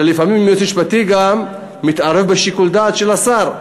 לפעמים היועץ המשפטי גם מתערב בשיקול הדעת של השר: